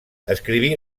escriví